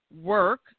Work